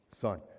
son